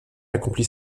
accompli